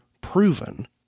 proven